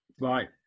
Right